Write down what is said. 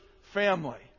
family